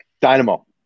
Dynamo